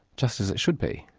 just as it should be.